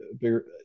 bigger